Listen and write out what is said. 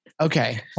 Okay